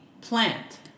plant